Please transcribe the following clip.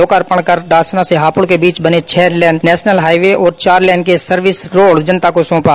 लोकार्पण कर डासना से हापुड़ के बीच बने छह लेन नेशनल हाईवे और चार लेने की सर्विस रोड जनता को सौंपा